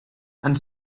and